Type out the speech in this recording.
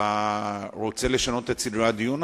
אתה רוצה לשנות את סדרי הדיון עכשיו?